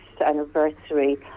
anniversary